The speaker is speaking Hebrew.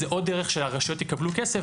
זו עוד דרך שהרשויות יקבלו כסף,